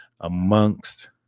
amongst